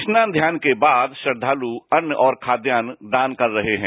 स्नान ध्यान के बाद श्रद्वालु अन्न और खाद्यान्न दान कर रहे हैं